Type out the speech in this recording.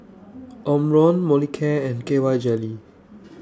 Omron Molicare and K Y Jelly